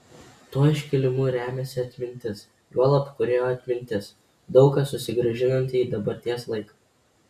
tuo iškilimu remiasi atmintis juolab kūrėjo atmintis daug ką susigrąžinanti į dabarties laiką